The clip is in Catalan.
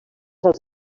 als